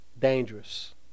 dangerous